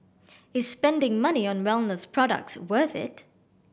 is spending money on wellness products worth it